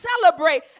celebrate